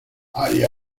ahí